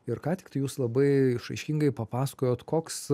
ir ką tik tai jūs labai išraiškingai papasakojot koks